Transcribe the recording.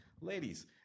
Ladies